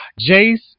Jace